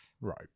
Right